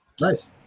Nice